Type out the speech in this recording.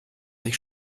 sich